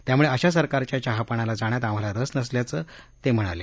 त्यामुळे अशा सरकारच्या चहापानाला जाण्यात आम्हाला रस नसल्याचं ते म्हणाले